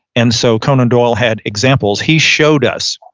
and so conan doyle had examples. he showed us,